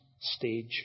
stage